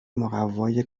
مقوای